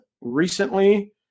recently